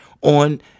on